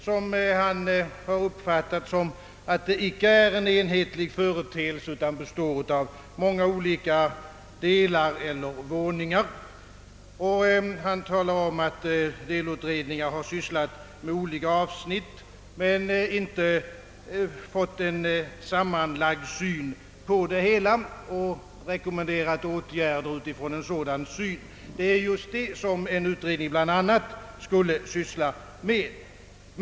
Han har uppfattat vuxenutbildningsfrågan som en icke enhetlig företeelse, bestående av många olika delar eller våningar. Han talar om att delutredningar har sysslat med olika avsnitt men att man inte fått en sammanfattande syn på det hela för att kunna rekommendera åtgärder. Men det är just detta som en utredning bl.a. skulle syssla med.